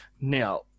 now